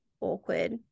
awkward